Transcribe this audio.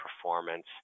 performance